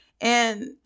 and-